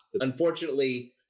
Unfortunately